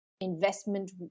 investment